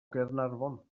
gaernarfon